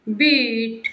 beet